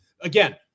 again